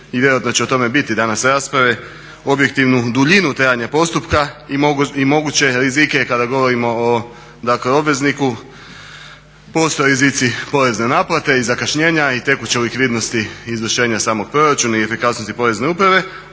i vjerojatno će o tome biti danas rasprave, objektivnu duljinu trajanja postupka i moguće rizike. Kada govorimo o obvezniku postoje rizici porezne naplate i zakašnjenja i tekuće likvidnosti izvršenja samog proračuna i efikasnosti Porezne uprave,